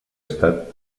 estat